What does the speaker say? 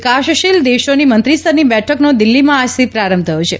વિકાસશીલ દેશોની મંત્રીસ્તરની બેઠકનો દિલ્હીમાં આજથી પ્રારંભ થયો છે